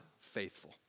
faithful